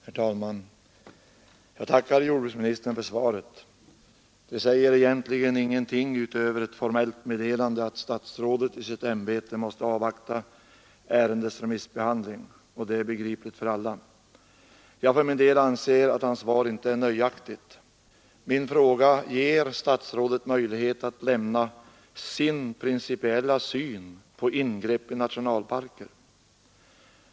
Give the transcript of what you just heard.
Herr talman! Jag tackar jordbruksministern för svaret. Det säger egentligen ingenting utöver ett formellt meddelande att statsrådet i sitt ämbete måste avvakta ärendets remissbehandling, och detta är begripligt för alla. Jag för min del anser, att hans svar inte är nöjaktigt. Min fråga ger statsrådet möjlighet att lämna sin principiella syn på ingrepp i nationalparker.